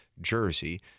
jersey